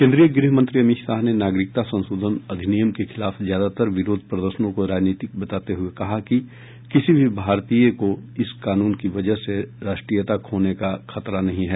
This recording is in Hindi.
केन्द्रीय गृह मंत्री अमित शाह ने नागरिकता संशोधन अधिनियम के खिलाफ ज्यादातर विरोध प्रदर्शनों को राजनीतिक बताते हुए कहा है कि किसी भी भारतीय को इस नए कानून की वजह से राष्ट्रीयता खोने का खतरा नहीं है